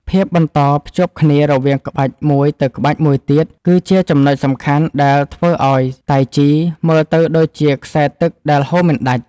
ភាពបន្តភ្ជាប់គ្នារវាងក្បាច់មួយទៅក្បាច់មួយទៀត គឺជាចំណុចសំខាន់ដែលធ្វើឱ្យតៃជីមើលទៅដូចជាខ្សែទឹកដែលហូរមិនដាច់។